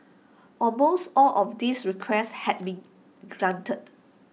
almost all of these requests had been granted